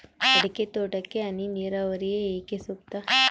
ಅಡಿಕೆ ತೋಟಕ್ಕೆ ಹನಿ ನೇರಾವರಿಯೇ ಏಕೆ ಸೂಕ್ತ?